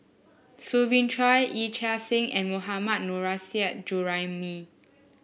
Soo Bin Chua Yee Chia Hsing and Mohammad Nurrasyid Juraimi